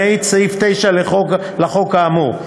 למעט סעיף 9 לחוק האמור,